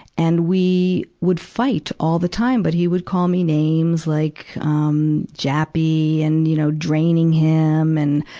and we would fight all the time. but he would call me names like, um, jappy and, you know, draining him and,